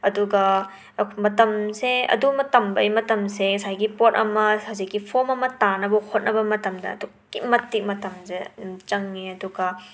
ꯑꯗꯨꯒ ꯃꯇꯝꯁꯦ ꯑꯗꯨꯃ ꯇꯝꯕꯒꯤ ꯃꯇꯝꯁꯦ ꯉꯁꯥꯏꯒꯤ ꯄꯣꯠ ꯑꯃ ꯍꯧꯖꯤꯛꯀꯤ ꯐꯣꯝ ꯑꯃ ꯇꯥꯅꯕ ꯍꯣꯠꯅꯕ ꯃꯇꯝꯗ ꯑꯗꯨꯛꯀꯤ ꯃꯇꯤꯛ ꯃꯇꯝꯁꯦ ꯆꯡꯉꯤ ꯑꯗꯨꯒ